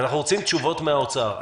אנחנו רוצים תשובות ממשרד האוצר.